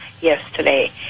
yesterday